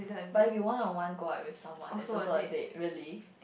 but if you one on one go out with someone it's also a date really